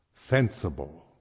Sensible